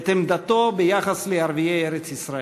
את עמדתו ביחס לערביי ארץ-ישראל.